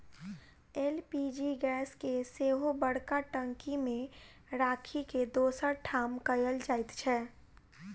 LPG gas के सेहो बड़का टंकी मे राखि के दोसर ठाम कयल जाइत छै